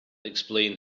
explain